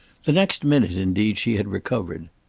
the next minute indeed she had recovered.